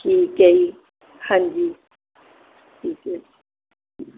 ਠੀਕ ਹੈ ਜੀ ਹਾਂਜੀ ਠੀਕ ਹੈ ਜੀ